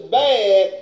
bad